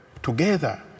together